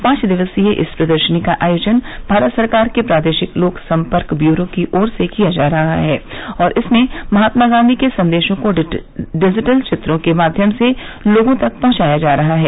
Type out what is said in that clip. पांच दिवसीय इस प्रदर्शनी का आयोजन भारत सरकार के प्रादेशिक लोक संपर्क ब्यूरो की ओर से किया जा रहा है और इसमें महात्मा गांधी के संदेशों को डिजिटल चित्रों के माध्यम से लोगों तक पहुंचाया जा रहा है